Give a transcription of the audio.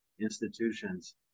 institutions